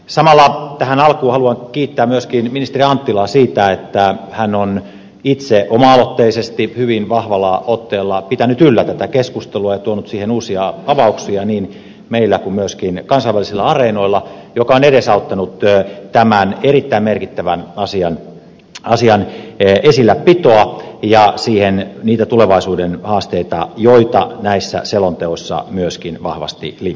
samalla tähän alkuun haluan kiittää myöskin ministeri anttilaa siitä että hän on itse oma aloitteisesti hyvin vahvalla otteella pitänyt yllä tätä keskustelua ja tuonut siihen uusia avauksia niin meillä kuin myöskin kansainvälisillä areenoilla mikä on edesauttanut tämän erittäin merkittävän asian ja niiden tulevaisuuden haasteiden esilläpitoa joita näissä selonteoissa myöskin vahvasti linjataan